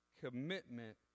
commitment